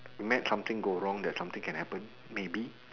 mad something go wrong that something can happen maybe